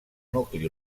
nucli